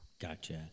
Gotcha